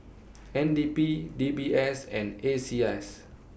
N D P D B S and A C I S